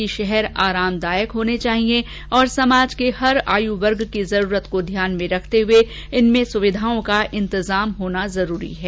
उन्होंने कहा कि शहर आरामदायक होने चाहिए और समाज के हर आयु वर्ग कीजरूरत को ध्यान में रखते हुए इनमें सुविधाओं का इंतजाम होना जरूरी है